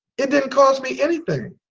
it didn't cost me anything